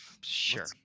Sure